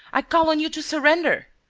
i call on you to surrender!